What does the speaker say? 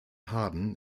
harden